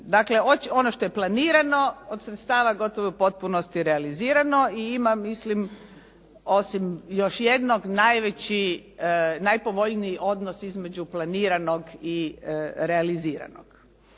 Dakle, ono što je planirano od sredstava gotovo je u potpunosti realizirano i ima mislim osim još jednog najveći, najpovoljniji odnos između planiranog i realiziranog.